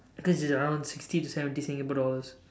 this is around sixty to seventy Singapore dollars